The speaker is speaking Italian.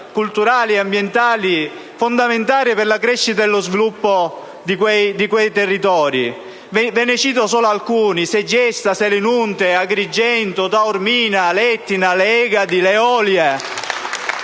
culturali e ambientali fondamentali per la crescita e lo sviluppo di quei territori. Ve ne cito solo alcuni: Segesta, Selinunte, Agrigento, Taormina, l'Etna, le Egadi e le